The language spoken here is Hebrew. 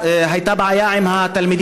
הייתה גם בעיה עם התלמידים,